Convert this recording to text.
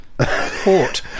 Port